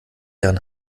jan